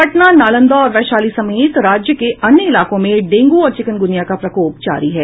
पटना नालंदा और वैशाली समेत राज्य के अन्य इलाकों में डेंगू और चिकनगूनिया का प्रकोप जारी है